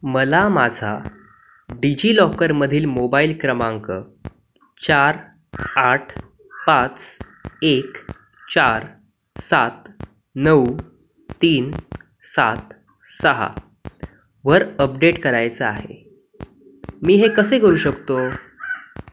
मला माझा डिजि लॉकरमधील मोबाईल क्रमांक चार आठ पाच एक चार सात नऊ तीन सात सहा वर अपडेट करायचा आहे मी हे कसे करू शकतो